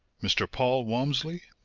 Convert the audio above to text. mr. paul walmsley?